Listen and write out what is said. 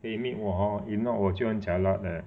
可以 meet 我 hor if not 我就很 jialat leh